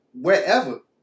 wherever